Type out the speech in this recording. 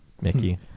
Mickey